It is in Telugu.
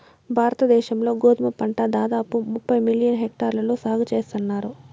భారత దేశం లో గోధుమ పంట దాదాపు ముప్పై మిలియన్ హెక్టార్లలో సాగు చేస్తన్నారు